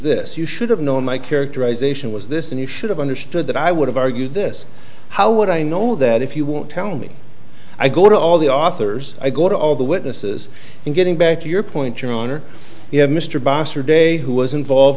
this you should have known my care zation was this and you should have understood that i would have argued this how would i know that if you won't tell me i go to all the authors i go to all the witnesses and getting back to your point your honor you have mr boster day who was involved